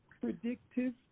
predictive